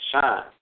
shine